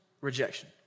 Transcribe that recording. rejection